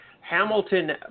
Hamilton